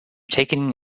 taking